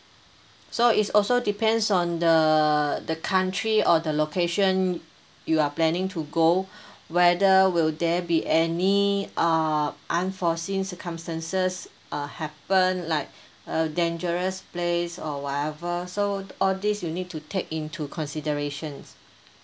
so it's also depends on the the country or the location you are planning to go whether will there be any uh unforeseen circumstances uh happen like a dangerous place or whatever so all these you need to take into consideration